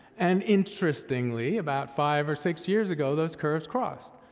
and interestingly, about five or six years ago, those curves crossed,